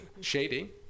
Shady